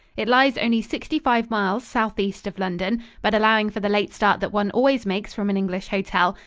it lies only sixty-five miles southeast of london, but allowing for the late start that one always makes from an english hotel,